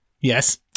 Yes